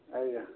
ଆଜ୍ଞା